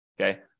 Okay